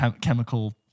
chemical